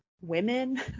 women